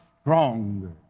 stronger